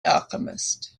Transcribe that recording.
alchemist